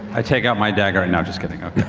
i take out my dagger and now, just kidding, okay.